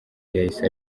yahise